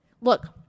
Look